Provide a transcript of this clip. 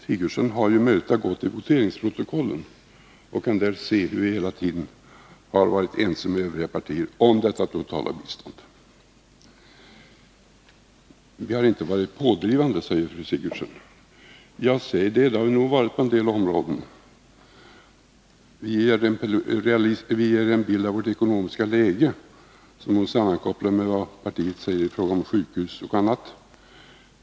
Gertrud Sigurdsen har ju möjlighet att gå till voteringsprotokollen och se hur vi hela tiden har varit ense med övriga partier beträffande det totala biståndet. Vi har inte varit pådrivande, säger fru Sigurdsen. Det har vi nog varit på en del områden. Vi ger en bild av vårt ekonomiska läge som hon sammankopplar med vad partiet säger i fråga om sjukhus och annat.